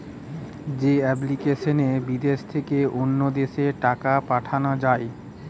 যে এপ্লিকেশনে বিদেশ থেকে অন্য দেশে টাকা পাঠান যায়